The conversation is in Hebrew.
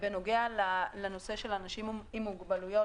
ובנוגע לנושא של אנשים עם מוגבלויות,